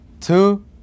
two